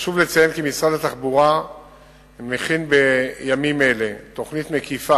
חשוב לציין כי משרד התחבורה מכין בימים אלו תוכנית מקיפה